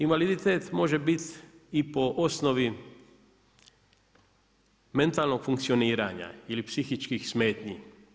Invaliditet može biti i po osnovi mentalnog funkcioniranja ili psihičkih smetnji.